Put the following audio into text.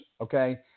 okay